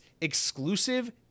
exclusive